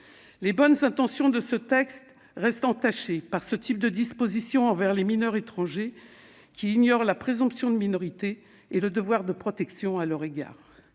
Les bonnes intentions que traduit ce texte restent entachées par ce type de dispositions prises envers les mineurs étrangers, qui ignorent la présomption de minorité et le devoir de protection à leur égard.